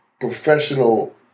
professional